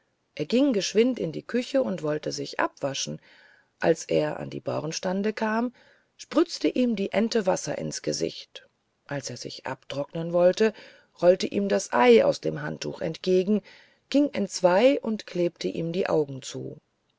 er ging geschwind in die küche und wollte sich abwaschen wie er an die bornstande kam sprützte ihm die ente wasser ins gesicht als er sich abtrocknen wollte rollte ihm das ei aus dem handtuch entgegen ging entzwei und klebte ihm die augen zu